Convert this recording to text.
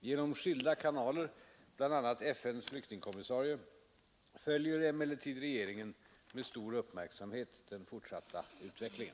Genom skilda kanaler bl.a. FN:s flyktingkommissarie — följer samhet den fortsatta utveck emellertid regeringen med stor uppmi lingen.